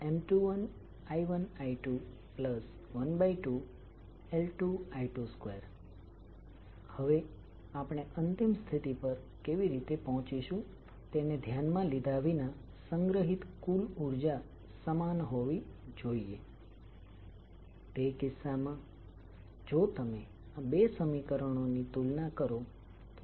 અને હવે આ ઇન્ડકટન્સ ને સેલ્ફ ઇન્ડકટન્સ કહીશું કારણ કે તે કોઇલની અંદર ઉત્પન્ન થયેલ વોલ્ટેજને સમાન કોઇલમાં સમય સાથે બદલાતા કરંટને સંબંધિત કરે છે